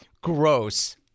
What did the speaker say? Gross